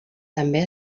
també